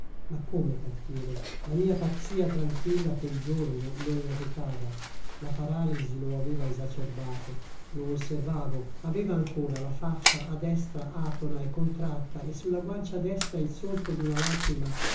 ma come partire la mia pazzia tranquilla quel giorno lo irritava la paralisi lo aveva esacerbato lo osservavo aveva ancora la faccia a destra atona e contratta e sulla guancia destra il solco di una lacrima